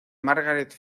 margaret